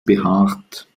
behaart